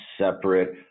separate